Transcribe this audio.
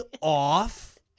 off